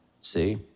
see